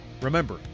Remember